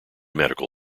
medical